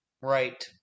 right